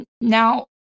now